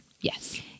Yes